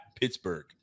Pittsburgh